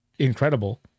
incredible